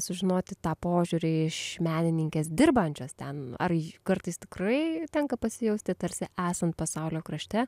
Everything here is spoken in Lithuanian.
sužinoti tą požiūrį iš menininkės dirbančios ten ar kartais tikrai tenka pasijausti tarsi esant pasaulio krašte